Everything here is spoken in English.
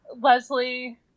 Leslie